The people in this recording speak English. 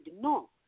no